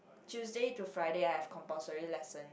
Tuesday to Friday I've compulsory lesson